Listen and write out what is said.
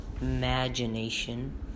imagination